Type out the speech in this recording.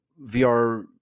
VR